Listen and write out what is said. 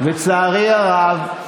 לצערי הרב,